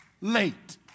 late